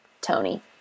tony